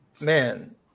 man